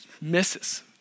misses